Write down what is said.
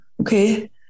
okay